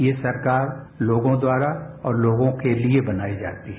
ये सरकार लोगों द्वारा और लोगों के लिए बनाई जाती है